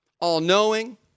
all-knowing